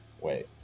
Wait